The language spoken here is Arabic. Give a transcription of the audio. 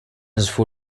عزف